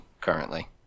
currently